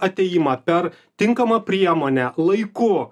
atėjimą per tinkamą priemonę laiku